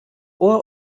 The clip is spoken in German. ohr